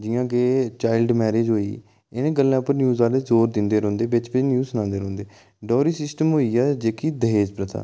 जि'यां कि child marriage होई इ'नें गल्लें उप्पर न्यूज़ आह्ले जोर दिंदे रौंह्दे बिच बिच सनांदे रौंह्दे डाअरी सिस्टम होई गेआ जेह्की दाज प्रथा